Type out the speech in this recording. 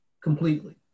completely